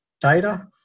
data